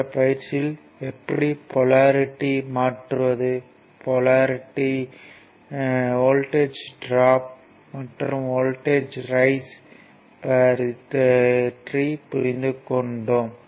அந்த பயிற்சியில் எப்படி போலாரிட்டி மாற்றுவது வோல்ட்டேஜ் ட்ரோப் மற்றும் வோல்ட்டேஜ் ரைஸ் பற்றி புரிந்துக் கொண்டோ ம்